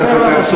חבר הכנסת הרצוג,